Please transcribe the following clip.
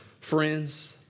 friends